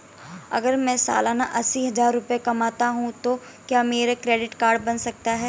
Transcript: अगर मैं सालाना अस्सी हज़ार रुपये कमाता हूं तो क्या मेरा क्रेडिट कार्ड बन सकता है?